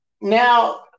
Now